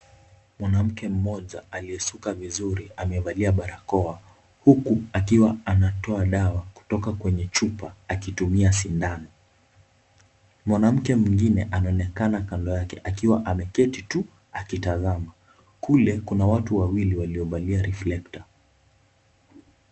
Mwanamke mmoja aliyesuka vizuri amevalia barakoa huku akiwa anatoa dawa kutoka kwenye chupa akitumia sindano. Mwanamke mwengine anaonekana kando yake akiwa ameketi tu akitazama. Kule kuna watu wawili waliovalia riflekta .